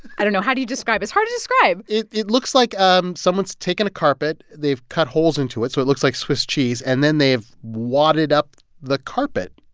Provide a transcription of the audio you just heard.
i don't know. how do you describe it's hard to describe it it looks like um someone's taken a carpet. they've cut holes into it so it looks like swiss cheese, and then they have wadded up the carpet,